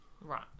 Right